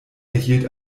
erhielt